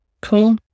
Cool